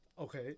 Okay